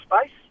space